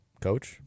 coach